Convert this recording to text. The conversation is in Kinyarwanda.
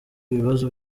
ibibazo